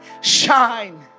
shine